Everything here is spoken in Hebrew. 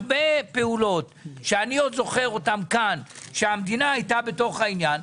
הפסיקו הרבה פעולות שאני עוד זוכר אותן כאן שהמדינה עשתה אותן.